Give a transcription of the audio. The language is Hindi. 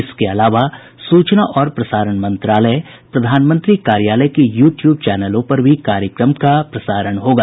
इसके अलावा सूचना और प्रसारण मंत्रालय तथा प्रधानमंत्री कार्यालय के यूट्यूब चैनलों पर भी कार्यक्रम का प्रसारण होगा